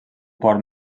port